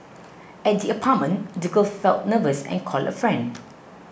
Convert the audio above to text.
at the apartment the girl felt nervous and called a friend